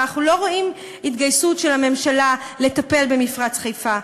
אבל אנחנו לא רואים התגייסות של הממשלה לטפל במפרץ חיפה.